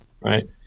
right